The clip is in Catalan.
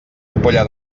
ampolla